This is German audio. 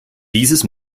dieses